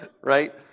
right